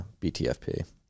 BTFP